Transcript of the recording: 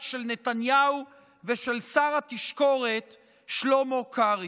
של נתניהו ושל שר התשקורת שלמה קרעי.